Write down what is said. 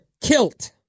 kilt